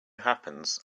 happens